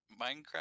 Minecraft